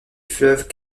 fleuve